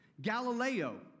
Galileo